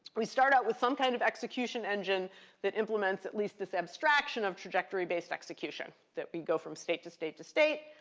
we start out with some kind of execution engine that implements at least this abstraction of trajectory-based execution that we go from state, to state, to state.